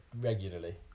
regularly